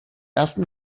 ersten